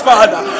Father